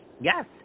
Yes